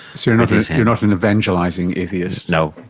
so you're not you're not an evangelising atheist. no.